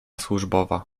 służbowa